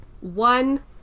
one